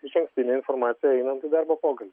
išankstinę informaciją einant į darbo pokalbį